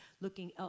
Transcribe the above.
looking